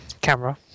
camera